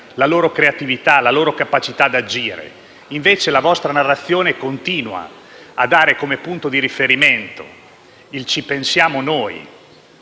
la loro creatività e la loro capacità di agire. La vostra narrazione continua invece a dare come punto di riferimento il «ci pensiamo noi»,